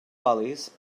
lollies